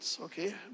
okay